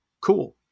cool